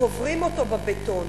קוברים אותו בבטון.